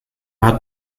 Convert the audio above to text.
hat